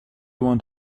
want